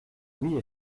oui